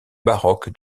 baroque